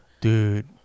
Dude